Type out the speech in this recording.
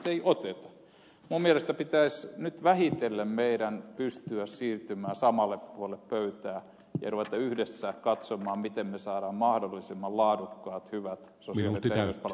minun mielestäni pitäisi nyt vähitellen meidän pystyä siirtymään samalle puolelle pöytää ja ruveta yhdessä katsomaan miten me saamme mahdollisimman laadukkaat hyvät sosiaali ja terveyspalvelut tänne suomeen